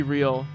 Real